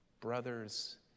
brothers